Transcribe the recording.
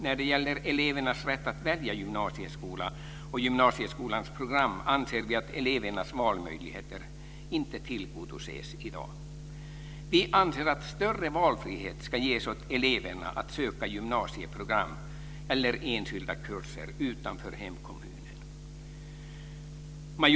Vi anser att elevernas rätt att välja gymnasieskola och program i gymnasieskolan i dag inte tillgodoses. Vi anser att större valfrihet ska ges åt eleverna att söka gymnasieprogram eller enskilda kurser utanför hemkommunen. Fru talman!